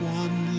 one